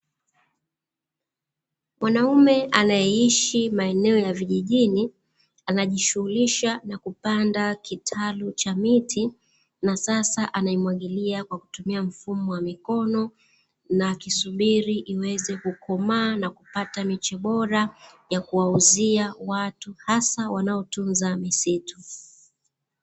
Mwanaume anayeishi maeneo ya vijijini anajishughulisha na kupanda kitalu cha miti, na sasa anaimwagilia kwa kutumia mfumo wa mikono na akisubiri iweze kukomaa na kupata miche bora, ya kuwauzia watu hasa wanaotunzaa misitu.